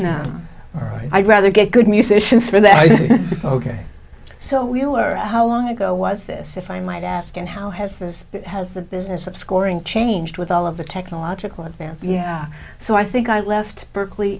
right i'd rather get good musicians for that i say ok so we were how long ago was this if i might ask and how has this has the business of scoring changed with all of the technological advances yeah so i think i left berkeley